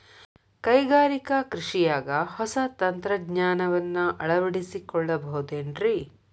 ಕೈಗಾರಿಕಾ ಕೃಷಿಯಾಗ ಹೊಸ ತಂತ್ರಜ್ಞಾನವನ್ನ ಅಳವಡಿಸಿಕೊಳ್ಳಬಹುದೇನ್ರೇ?